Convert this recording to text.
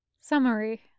Summary